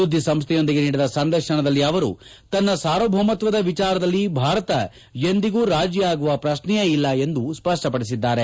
ಸುದ್ದಿಸಂಸ್ಥೆಯೊಂದಕ್ಕೆ ನೀಡಿದ ಸಂದರ್ಶನದಲ್ಲಿ ಅವರು ತನ್ನ ಸಾರ್ವಭೌಮತ್ತದ ಎಚಾರದಲ್ಲಿ ಭಾರತ ಎಂದಿಗೂ ರಾಜಿ ಆಗುವ ಪ್ರಕ್ನೆಯೇ ಇಲ್ಲ ಎಂದು ಸ್ವಷ್ಟವಡಿಸಿದ್ದಾರೆ